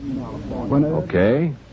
Okay